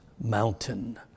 mountain